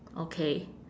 okay